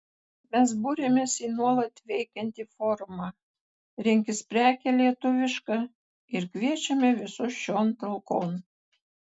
mes buriamės į nuolat veikiantį forumą rinkis prekę lietuvišką ir kviečiame visus šion talkon